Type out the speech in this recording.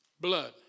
blood